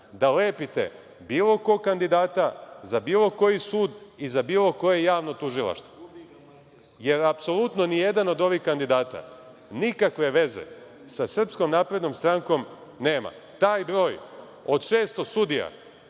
da lepite bilo kog kandidata za bilo koji sud i za bilo koje javno tužilaštvo. Jer, apsolutno nijedan od ovih kandidata nikakve veze sa SNS nema. Taj broj od 600 sudija